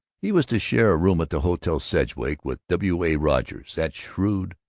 he was to share a room at the hotel sedgwick with w. a. rogers, that shrewd,